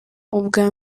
ubwa